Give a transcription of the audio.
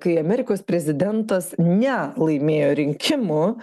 kai amerikos prezidentas nelaimėjo rinkimų